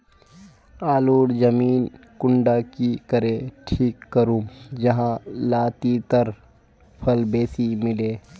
आलूर जमीन कुंडा की करे ठीक करूम जाहा लात्तिर फल बेसी मिले?